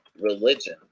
religion